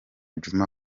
djuma